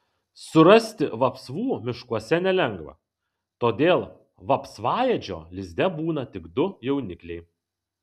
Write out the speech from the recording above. surasti vapsvų miškuose nelengva todėl vapsvaėdžio lizde būna tik du jaunikliai